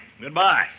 Goodbye